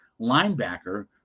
linebacker